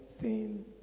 thin